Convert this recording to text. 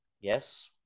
Yes